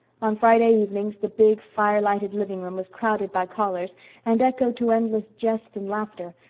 on friday evenings the big, fire-lighted livingroom was crowded by callers and echoed to endless jest and laughter,